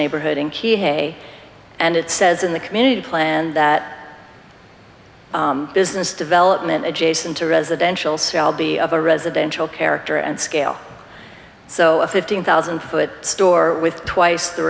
neighborhood in key hay and it says in the community plan that business development adjacent to residential shall be of a residential character and scale so a fifteen thousand foot store with twice the